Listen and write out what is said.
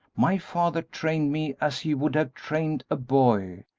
my father trained me as he would have trained a boy,